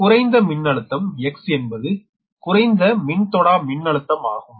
எனவே குறைந்த மின்னழுத்தம் X என்பது குறைந்த மின்தொடா மின்னழுத்தம் ஆகும்